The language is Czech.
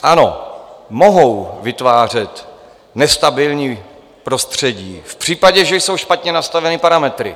Ano, mohou vytvářet nestabilní prostředí v případě, že jsou špatně nastaveny parametry.